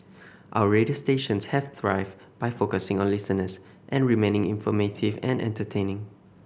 our radio stations have thrived by focusing on listeners and remaining informative and entertaining